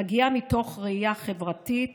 מגיעה מתוך ראייה חברתית